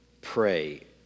pray